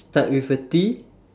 start with a T